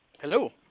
Hello